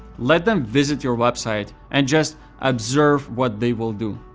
let them visit your website, and just observe what they will do.